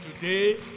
today